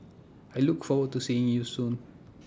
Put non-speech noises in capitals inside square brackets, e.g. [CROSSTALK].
I look forward to seeing you soon [NOISE]